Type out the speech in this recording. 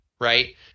right